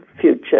future